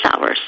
hours